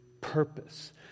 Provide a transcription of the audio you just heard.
purpose